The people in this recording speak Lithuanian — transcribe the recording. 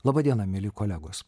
laba diena mieli kolegos